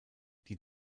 die